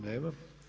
Nema.